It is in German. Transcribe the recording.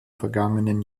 vergangenen